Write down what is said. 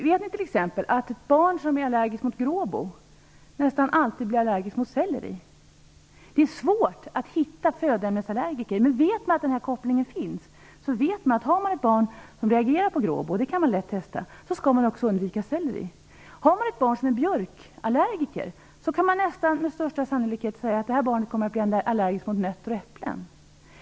Vet ni t.ex. att barn som är allergiska mot gråbo nästan alltid blir allergiska mot selleri? Det är svårt att hitta födoämnesallergiker, men det underlättar om man vet att denna koppling finns. Om man har ett barn som reagerar på gråbo - det kan man lätt testa - skall man också undvika selleri. Har man ett barn som är björkallergiker kan man med stor sannolikhet säga att det här barnet kommer att bli allergiskt mot nötter och äpplen.